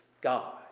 God